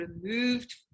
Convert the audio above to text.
removed